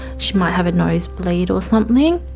she might have a nose bleed or something.